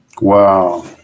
Wow